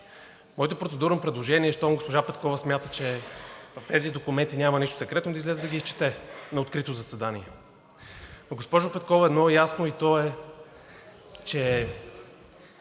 Моето процедурно предложение е, щом госпожа Петкова смята, че в тези документи няма нищо секретно, да излезе и да ги изчете на открито заседание. Госпожо Петкова, едно е ясно и то е, че